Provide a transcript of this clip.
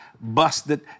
busted